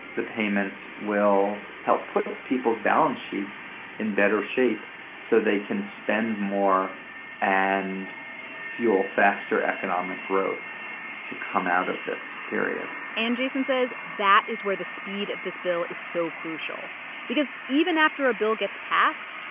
the payments will help put people's balance sheets in better shape so they can spend more and fuel faster economic growth to come out of this period and, jason says, that is where the speed of this bill is so crucial because even after a bill gets passed,